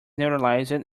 neuralizer